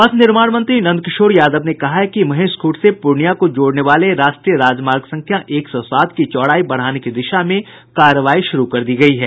पथ निर्माण मंत्री नंदकिशोर यादव ने कहा है कि महेशखूंट से पूर्णिया को जोड़ने वाले राष्ट्रीय राजमार्ग संख्या एक सौ सात की चौड़ाई बढ़ाने की दिशा में कार्रवाई शुरू कर दी गई है